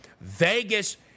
Vegas